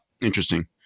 Interesting